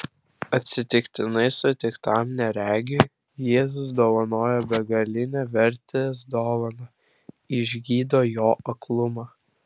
atsitiktinai sutiktam neregiui jėzus dovanoja begalinės vertės dovaną išgydo jo aklumą